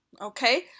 okay